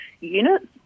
units